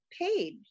paid